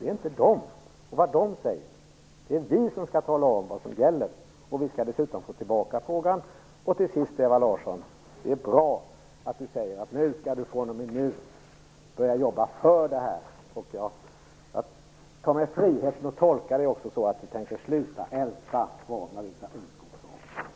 Det är inte ministrarna och vad de säger som är avgörande, utan det är vi som skall tala om vad som gäller. Vi skall dessutom få tillbaka frågan. Till sist: Det är bra att Ewa Larsson säger att hon fr.o.m. nu skall börja jobba för det här. Jag tar mig friheten att tolka det som att hon också tänker sluta älta vad Marita Ulvskog sade.